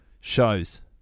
shows